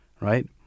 right